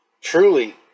truly